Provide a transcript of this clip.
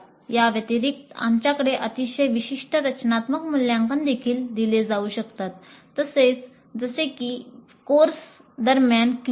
याव्यतिरिक्त आमच्याकडे अतिशय विशिष्ट रचनात्मक मूल्यांकन देखील दिले जाऊ शकतात जसे की कोर्स दरम्यान क्विझ